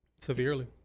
Severely